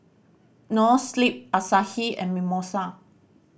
Noa Sleep Asahi and Mimosa